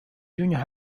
junior